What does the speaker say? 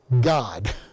God